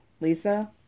Lisa